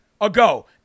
ago